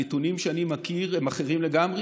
הנתונים שאני מכיר הם אחרים לגמרי,